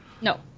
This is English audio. No